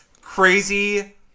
crazy